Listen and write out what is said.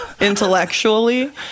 intellectually